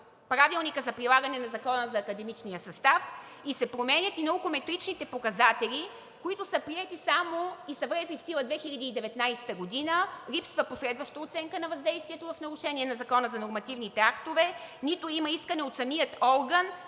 Правилника за прилагане на Закона за академичния състав и се променят и наукометричните показатели, които са приети само и са влезли в сила 2019 г. Липсва последваща оценка на въздействието в нарушение на Закона за нормативните актове, няма искане от самия орган